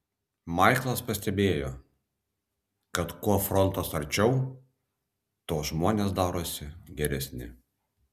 maiklas pastebėjo kad kuo frontas arčiau tuo žmonės darosi geresni